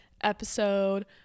episode